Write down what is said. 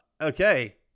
okay